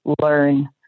learn